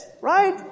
Right